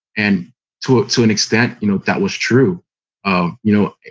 and to to an extent, you know that was true of, you know,